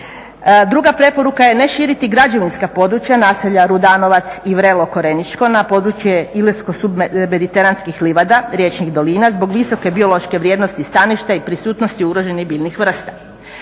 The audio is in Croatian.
Druga preporuka je ne širiti građevinska područja naselja Rudanovac i Vrelo Koreničko na područje ilirsko …/Govornica se ne razumije./… mediteranskih livada, riječnih dolina zbog visoke biološke vrijednosti staništa i prisutnosti ugroženosti biljnih vrsta.